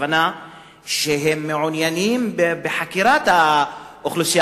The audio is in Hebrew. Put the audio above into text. הכוונה שהם מעוניינים בחקירת האוכלוסייה